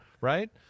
right